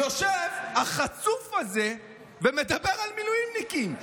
יושב החצוף הזה ומדבר על מילואימניקים.